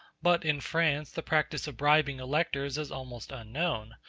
but in france the practice of bribing electors is almost unknown,